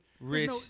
Rich